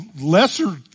lesser